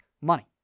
money